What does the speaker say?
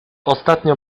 ostatnio